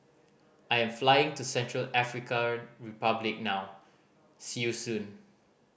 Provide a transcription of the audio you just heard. I am flying to Central African Republic now see you soon